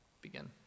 Begin